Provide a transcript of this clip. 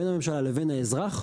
בין הממשלה לבין האזרח,